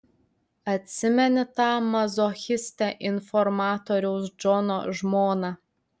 atsimeni tą mazochistę informatoriaus džono žmoną